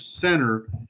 center